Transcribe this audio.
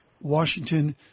Washington